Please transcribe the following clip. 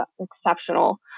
exceptional